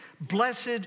blessed